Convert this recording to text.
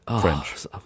French